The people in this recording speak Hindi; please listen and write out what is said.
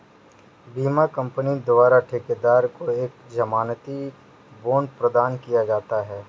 बीमा कंपनी द्वारा ठेकेदार को एक जमानती बांड प्रदान किया जाता है